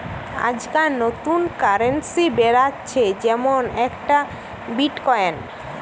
আজকাল নতুন কারেন্সি বেরাচ্ছে যেমন একটা বিটকয়েন